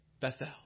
Bethel